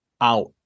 out